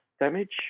damage